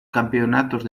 campeonatos